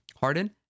Harden